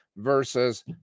versus